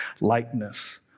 likeness